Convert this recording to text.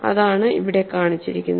അതാണ് ഇവിടെ കാണിച്ചിരിക്കുന്നത്